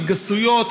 על גסויות,